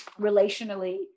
Relationally